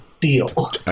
deal